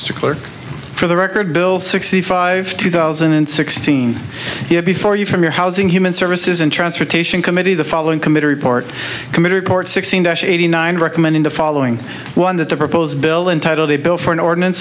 strickler for the record bill sixty five two thousand and sixteen here before you from your housing human services and transportation committee the following committee report committee report sixteen dash eighty nine recommend in the following one that the proposed bill entitle the bill for an ordinance